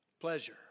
Pleasure